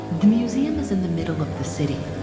the museum is in the middle of the city.